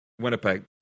Winnipeg